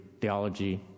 theology